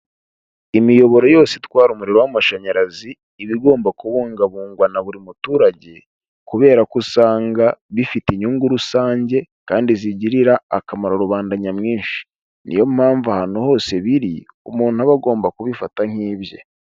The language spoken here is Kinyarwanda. Imiyoboro yose itwara umuriro w'amashanyarazi, iba igomba kubungabungwa na buri muturage kubera ko usanga bifite inyungu rusange kandi zigirira akamaro rubanda nyamwinshi. Ni yo mpamvu ahantu hose biri umuntu aba agomba kubifata nk'ibye.